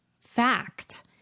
fact